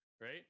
right